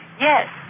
Yes